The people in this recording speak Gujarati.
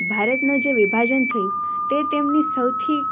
ભારતનું જે વિભાજન થયું તે તેમની સૌથી